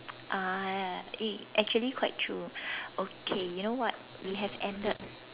ah ya eh actually quite true okay you know what we have ended